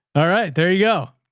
all right, there you go.